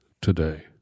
today